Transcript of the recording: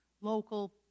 local